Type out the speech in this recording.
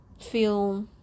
feel